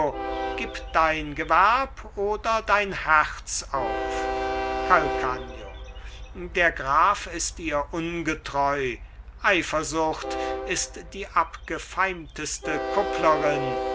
gib dein gewerb oder dein herz aufcalcagno der graf ist ihr ungetreu eifersucht ist die abgefeimteste kupplerin